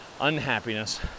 unhappiness